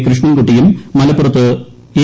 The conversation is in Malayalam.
കൃഷ്ണൻകുട്ടിയും മലപ്പുറത്ത് കെ